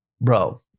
bro